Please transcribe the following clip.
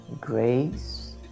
Grace